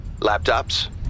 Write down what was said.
Laptops